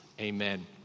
Amen